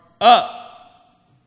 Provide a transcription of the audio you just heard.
up